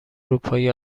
اروپایی